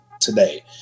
today